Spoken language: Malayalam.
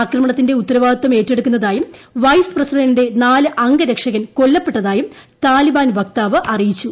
ആക്രമണത്തിന്റെ ഉത്തരവാദിത്തം ഏറ്റെടുക്കുന്നതായും വൈസ് പ്രസിഡന്റിന്റെ നാല് അംഗരക്ഷകൻ കൊല്ലപ്പെട്ടതായും താലിബാൻ വക്താവ് അറിയിച്ചു